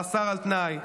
מאסר על תנאי.